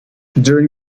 during